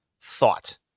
thought